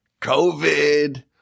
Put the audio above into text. COVID